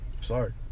Sorry